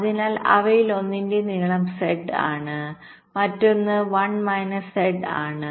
അതിനാൽ അവയിലൊന്നിന്റെ നീളം z ആണ് മറ്റൊന്ന് 1 മൈനസ് z lആണ്